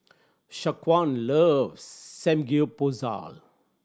Shaquan loves Samgeyopsal